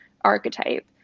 archetype